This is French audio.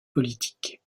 politiques